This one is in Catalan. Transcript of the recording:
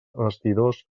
vestidors